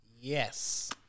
Yes